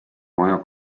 maja